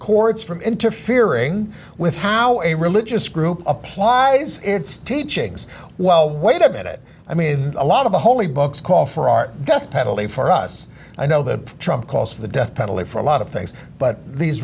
courts from interfering with how a religious group applies its teachings well wait a minute i mean a lot of the holy books call for our death penalty for us i know that trump calls for the death penalty for a lot of things but these